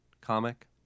comic